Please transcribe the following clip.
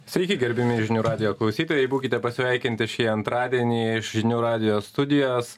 sveiki gerbiami žinių radijo klausytojai būkite pasveikinti šį antradienį žinių radijo studijos